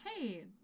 Hey